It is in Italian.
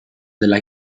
della